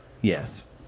Yes